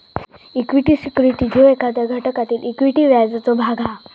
equity securities ह्यो एखाद्या घटकातील इक्विटी व्याजाचो भाग हा